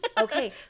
okay